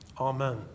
Amen